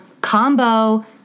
combo